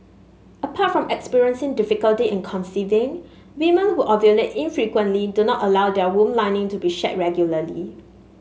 apart from experiencing difficulty in conceiving women who ovulate infrequently do not allow their womb lining to be shed regularly